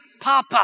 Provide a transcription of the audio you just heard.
papa